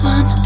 One